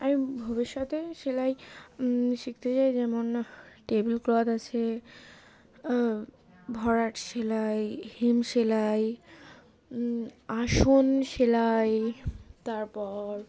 আমি ভবিষ্যতে সেলাই শিখতে যাই যেমন টেবিল ক্লথ আছে ভরাট সেলাই হিম সেলাই আসন সেলাই তারপর